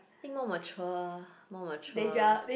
I think more mature more mature